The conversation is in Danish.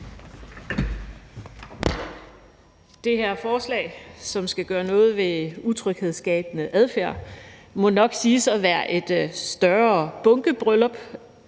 Det her forslag, som skal gøre noget ved utryghedsskabende adfærd, må nok siges at være et større bunkebryllup